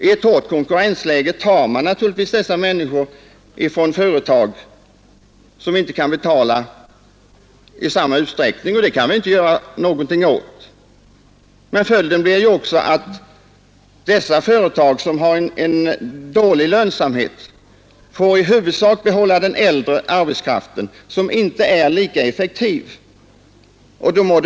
I ett hårt konkurrensläge tar man naturligtvis dessa männi skor från företag med sämre lönsamhet och betalningsförmåga vilka då i pensioneringen för huvudsak får behålla den äldre arbetskraften vilken inte är lika effektiv. äldre arbetskraft m.m.